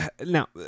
now